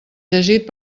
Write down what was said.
llegit